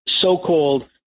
so-called